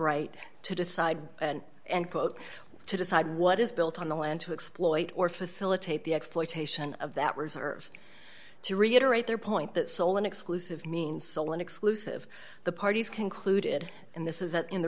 right to decide and quote to decide what is built on the land to exploit or facilitate the exploitation of that reserve to reiterate their point that sole and exclusive means sole and exclusive the parties concluded and this is that in the